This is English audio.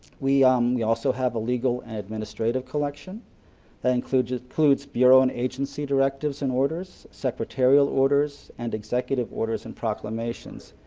we um we also have a legal and administrative collection includes includes bureau and agency directives and orders, secretarial orders, and executive orders and proclamations.